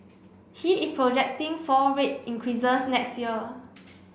he is projecting four rate increases next year